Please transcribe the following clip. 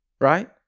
right